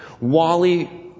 Wally